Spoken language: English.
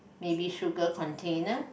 maybe sugar container